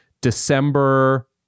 December